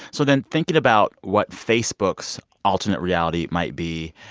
so then thinking about what facebook's alternate reality might be,